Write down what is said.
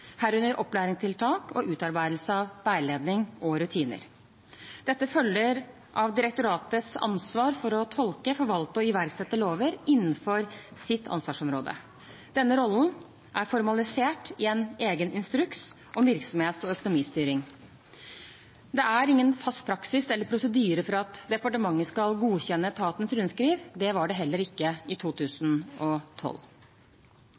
herunder opplæringstiltak og utarbeidelse av veiledninger og rutiner. Dette følger av direktoratets ansvar for å tolke, forvalte og iverksette lover innenfor sitt ansvarsområde. Denne rollen er formalisert i en egen instruks om virksomhets- og økonomistyring. Det er ingen fast praksis eller prosedyre for at departementet skal godkjenne etatens rundskriv. Det var det heller ikke i